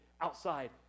outside